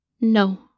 No